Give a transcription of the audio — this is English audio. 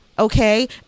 okay